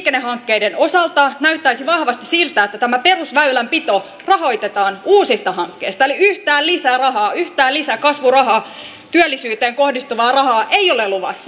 esimerkiksi liikennehankkeiden osalta näyttäisi vahvasti siltä että tämä perusväylänpito rahoitetaan uusista hankkeista eli yhtään lisää rahaa yhtään lisää kasvurahaa työllisyyteen kohdistuvaa rahaa ei ole luvassa